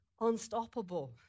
unstoppable